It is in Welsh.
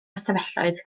ystafelloedd